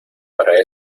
para